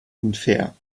unfair